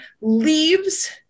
leaves